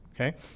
okay